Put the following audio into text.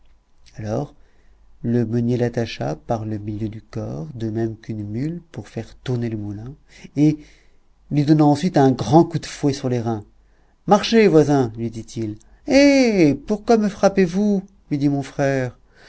alors le meunier l'attacha par le milieu du corps de même qu'une mule pour faire tourner le moulin et lui donnant ensuite un grand coup de fouet sur les reins marchez voisin lui dit-il eh pourquoi me frappez vous lui dit mon frère